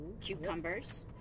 cucumbers